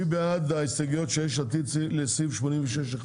מי בעד ההסתייגויות של יש עתיד לסעיף 86 1?